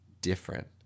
different